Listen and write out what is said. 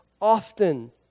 often